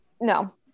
no